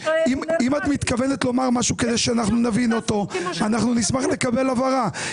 אם את מתכוונת לומר משהו כדי שנבין אותו אנחנו נשמח לקבל הבהרה,